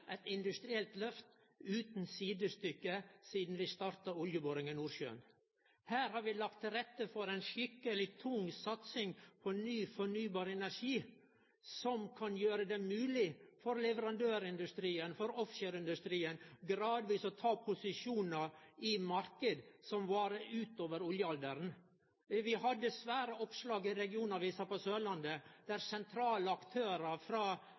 eit industrielt lyft utan sidestykke sidan vi starta oljeboring i Nordsjøen. Her har vi lagt til rette for ei skikkeleg tung satsing på ny fornybar energi som kan gjere det mogleg for leverandørindustrien og for offshoreindustrien gradvis å ta posisjonar i marknader som varar utover oljealderen. Vi hadde svære oppslag i regionavisa på Sørlandet, der sentrale aktørar frå